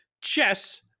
chess